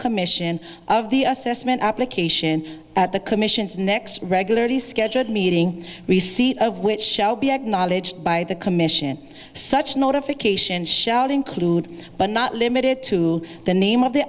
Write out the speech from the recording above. commission of the assessment application at the commission's next regularly scheduled meeting receipt of which shall be acknowledged by the commission such notification shout include but not limited to the name of the